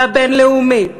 והבין-לאומית,